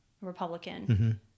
Republican